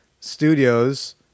Studios